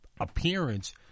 appearance